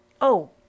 Oh